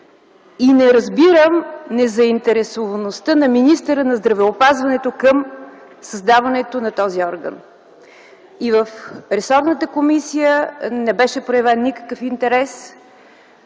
и не разбирам незаинтересоваността на министъра на здравеопазването към създаването на този орган. В ресорната комисия не беше проявен никакъв интерес.